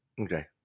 okay